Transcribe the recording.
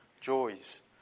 joys